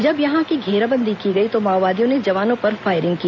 जब यहाँ की घेराबंदी की गई तो माओवादियों ने जवानों पर फायरिंग की